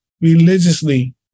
religiously